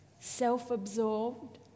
self-absorbed